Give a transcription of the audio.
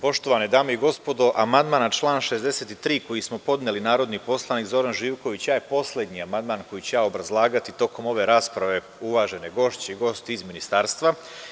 Poštovane dame i gospodo, amandman na član 63. koji smo podneli narodni poslanik Zoran Živković i ja je poslednji amandman koji ću ja obrazlagati tokom ove rasprave, uvažene gošće i gosti iz ministarstva.